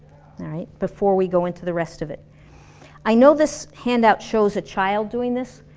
alright? before we go into the rest of it i know this handout shows a child doing this,